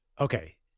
Okay